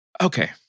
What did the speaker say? okay